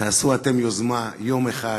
תעשו אתם, יוזמה: יום אחד